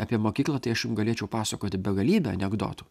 apie mokyklą tai aš jum galėčiau pasakoti begalybę anekdotų